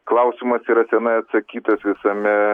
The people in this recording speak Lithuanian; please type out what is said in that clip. klausimas yra senai atsakytas visame